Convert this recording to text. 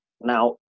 Now